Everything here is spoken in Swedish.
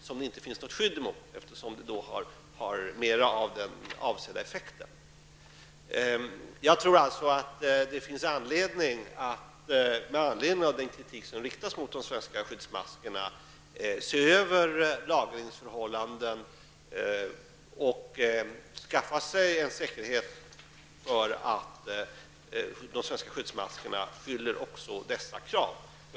Det finns ju då inte något skydd emot dessa gaser som har mer av den avsedda effekten. Jag tror alltså att det med anledning av den kritik som riktas mot de svenska skyddsmaskerna finns skäl att se över lagringsförhållanden och skaffa sig en säkerhet för att de svenska skyddsmaskerna också fyller dessa krav.